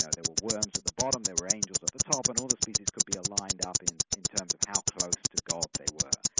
know, there were worms at the bottom, there were angels at the top, and all the species could be aligned up in in terms of how close to god they were.